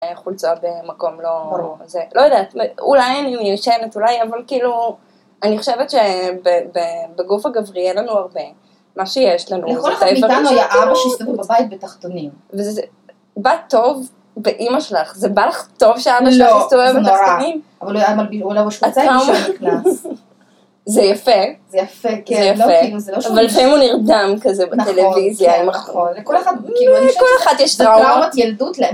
חולצה במקום לא, לא יודעת אולי אני מיושנת אולי אבל כאילו אני חושבת שבגוף הגברי אין לנו הרבה מה שיש לנו לכל אחד מאיתנו היה אבא שהסתובב בבית בתחתונים וזה בא טוב באמא שלך, זה בא לך טוב שאבא שלך הסתובב בתחתונים? לא, זה נורא, אבל הוא היה אבא ש.. כשהוא נכנס. זה יפה, זה יפה, כן, אבל לפעמים הוא נרדם כזה בטלוויזיה נכון, זה נכון, לכל אחד יש טראומות זה טראומות ילדות ל...